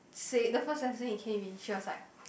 say the first lesson he came in she was like